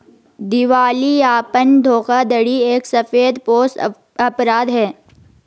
दिवालियापन धोखाधड़ी एक सफेदपोश अपराध है